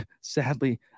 sadly